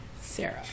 Sarah